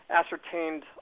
ascertained